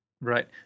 Right